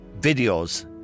videos